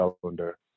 calendar